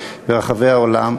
ברחבי העולם.